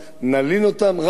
רק דבר אחד לא ניתן להם,